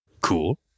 Cool